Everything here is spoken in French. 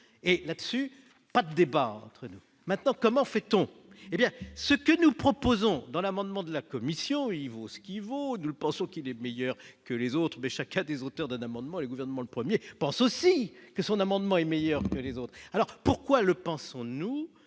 et là-dessus, pas de débat entre nous, maintenant, comment fait-on, hé bien ce que nous proposons dans l'amendement de la commission il vaut ce qui vaut, nous le pensons qu'il est meilleur que les autres mais chacun des auteurs d'un amendement, le gouvernement le 1er pense aussi que son amendement est meilleur que les autres, alors pourquoi le pensons-nous,